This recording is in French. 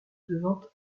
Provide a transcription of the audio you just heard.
devant